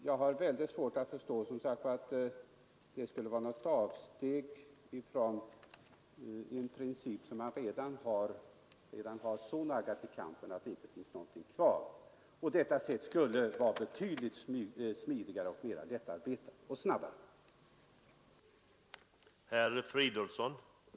Jag har som sagt väldigt svårt att förstå att den ordning som föreslås i motionen skulle innebära något avsteg från den princip som man redan har naggat så mycket i kanten att det inte finns någonting kvar. Det av oss föreslagna systemet skulle vara betydligt smidigare och mera lättarbetat och leda till snabbare resultat.